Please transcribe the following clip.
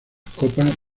copas